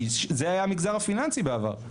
כי זה היה המגזר הפיננסי בעבר,